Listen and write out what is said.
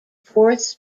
fourth